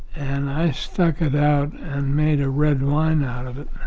and i stuck it out and made a red wine out of it.